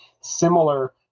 similar